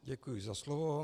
Děkuji za slovo.